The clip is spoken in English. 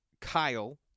Kyle